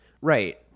Right